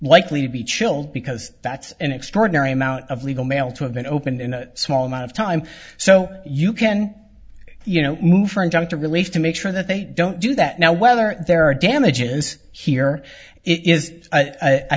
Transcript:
likely to be chilled because that's an extraordinary amount of legal mail to have been opened in a small amount of time so you can you know move for injunctive relief to make sure that they don't do that now whether there are damages here it is i